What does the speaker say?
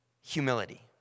humility